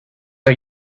are